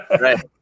right